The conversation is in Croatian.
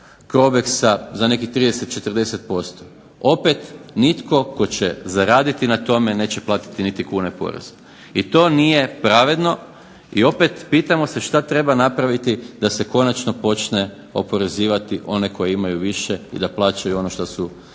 za nekih 30, 40%. Opet nitko tko će zaraditi na tome neće platiti niti kune poreza, i to nije provedeno, i opet pitamo se šta treba napraviti da se konačno počne oporezivati one koji imaju više, i da plaćaju ono što su